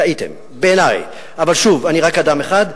טעיתם, בעיני, אבל שוב, אני רק אדם אחד.